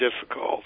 difficult